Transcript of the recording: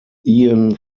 ian